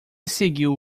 seguiu